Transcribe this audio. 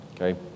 Okay